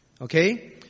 Okay